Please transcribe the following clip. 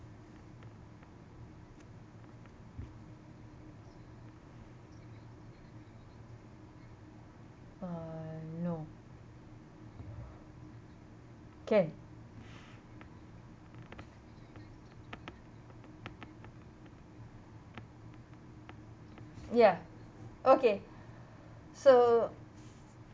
uh no can yeah okay so